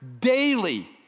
daily